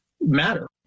matter